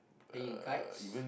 playing kites